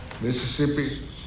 Mississippi